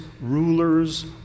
rulers